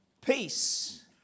peace